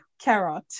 carrot